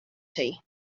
tea